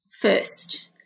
first